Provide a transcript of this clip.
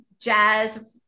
jazz